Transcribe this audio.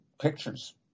pictures